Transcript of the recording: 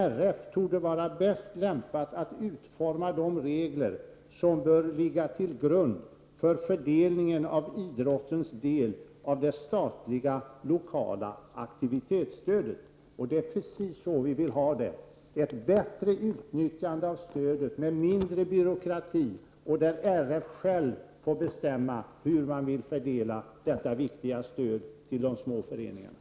RF torde vara bäst lämpat att utforma de regler som bör ligga till grund för fördelningen av idrottens del av det statliga lokala aktivitetsstödet.” Det är precis så vi vill ha det, nämligen ett bättre utnyttjande av stödet med mindre byråkrati och möjlighet för RF självt att bestämma hur man vill fördela detta viktiga stöd till de små föreningarna.